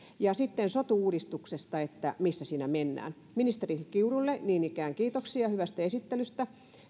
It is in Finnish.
sitten sotu uudistuksesta missä siinä mennään ministeri kiurulle niin ikään kiitoksia hyvästä esittelystä